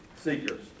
seekers